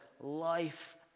life